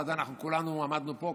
ואז אנחנו כולנו עמדנו פה,